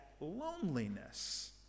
loneliness